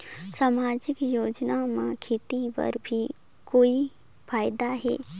समाजिक योजना म खेती बर भी कोई फायदा है?